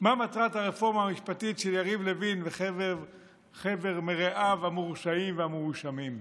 מה מטרת הרפורמה המשפטית של יריב לוין וחבר מרעיו המורשעים והמואשמים.